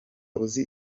uzi